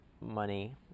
money